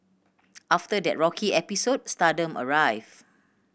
after that rocky episode stardom arrived